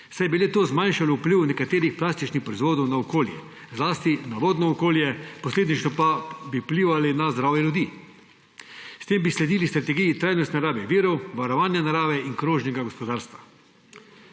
saj bi le-to zmanjšalo vpliv nekaterih plastičnih proizvodov na okolje, zlasti na vodno okolje, posledično pa bi vplivali na zdravje ljudi. S tem bi sledili strategije trajnostne rabe virov, varovanja narave in krožnega gospodarstva.